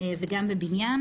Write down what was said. וגם בבניין